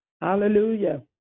Hallelujah